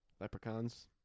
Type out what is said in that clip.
Leprechauns